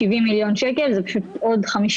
132 מיליון שקל לשנה.